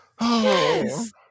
Yes